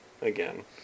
again